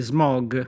Smog